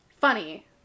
Funny